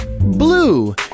Blue